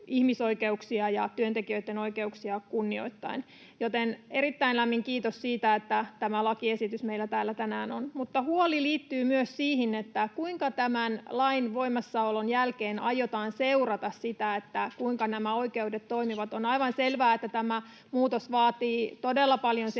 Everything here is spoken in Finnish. ihmisoikeuksia ja työntekijöitten oikeuksia kunnioittaen, joten erittäin lämmin kiitos siitä, että tämä lakiesitys meillä täällä tänään on. Mutta huoli liittyy myös siihen, kuinka tämän lain voimassaolon jälkeen aiotaan seurata sitä, kuinka nämä oikeudet toimivat. On aivan selvää, että tämä muutos vaatii todella paljon